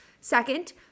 Second